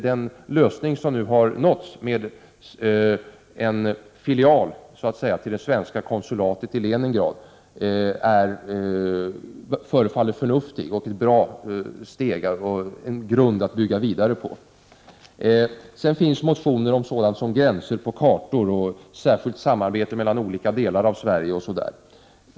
Den lösning som nu har uppnåtts med en, skulle jag vilja kalla det, filial till det svenska konsulatet i Leningrad förefaller vara en förnuftig lösning och en bra grund att bygga vidare på. Vidare finns det motioner om gränser på kartor, om särskilt samarbete mellan olika delar av Sverige etc.